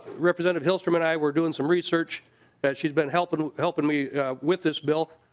representative hilstrom and i were doing some research that she's been helping helping me with this bill